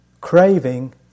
Craving